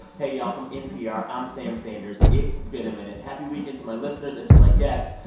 hey, y'all. from npr, i'm sam sanders. it's been a minute. happy weekend to my listeners and to my guests.